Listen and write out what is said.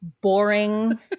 boring